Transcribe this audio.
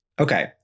Okay